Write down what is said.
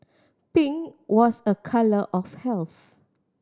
pink was a colour of health